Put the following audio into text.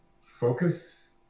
focus